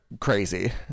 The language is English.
crazy